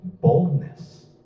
boldness